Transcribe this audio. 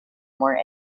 more